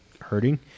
hurting